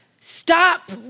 stop